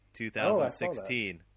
2016